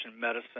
medicine